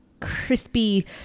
crispy